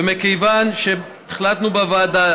ומכיוון שהחלטנו בוועדה